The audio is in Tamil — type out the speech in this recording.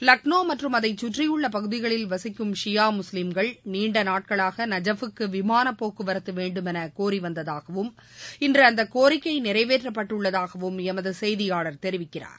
லக்னோ மற்றும் அதை கற்றியுள்ள பகுதிகளில் வசிக்கும் ஷியா முஸ்வீம்கள் நீண்ட நாட்களாக நஜாஃப்புக்கு விமான போக்குவரத்து வேண்டுமென கோரி வந்ததாகவும் இன்று அந்த கோரிக்கை நிறைவேற்றப்பட்டுள்ளதாகவும் எமது செய்தியாளர் தெரிவிக்கிறார்